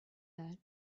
that